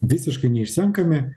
visiškai neišsenkami